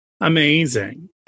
amazing